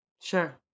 Sure